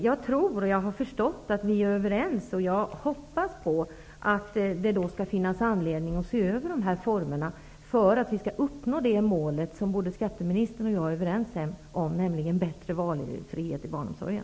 Jag har förstått att vi är överens, och jag hoppas på att det skall finnas anledning att se över de här formerna; detta för att uppnå det mål som både jag och skatteministern är överens om, nämligen bättre valfrihet i barnomsorgen.